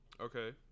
Okay